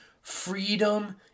freedom